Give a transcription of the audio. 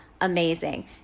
amazing